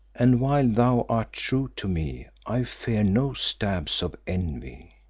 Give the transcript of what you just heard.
and while thou art true to me i fear no stabs of envy.